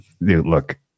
look